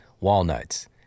walnuts